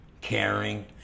caring